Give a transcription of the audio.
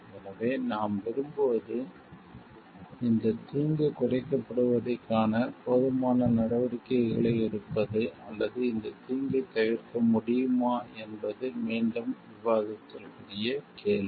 எனவே நாம் விரும்புவது இந்த தீங்கு குறைக்கப்படுவதைக் காண போதுமான நடவடிக்கைகளை எடுப்பது அல்லது இந்தத் தீங்கைத் தவிர்க்க முடியுமா என்பது மீண்டும் விவாதத்திற்குரிய கேள்வி